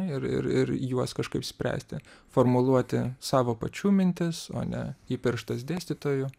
ir ir ir juos kažkaip spręsti formuluoti savo pačių mintis o ne įpirštas dėstytojų